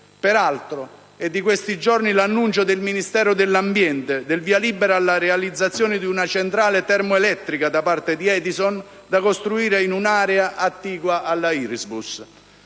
Peraltro, è di questi giorni l'annuncio del Ministero dell'ambiente del via libera alla realizzazione di una centrale termoelettrica da parte di Edison, da costruire in un'area attigua alla Irisbus;